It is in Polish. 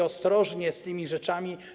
Ostrożnie z tymi rzeczami.